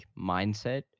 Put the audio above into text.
mindset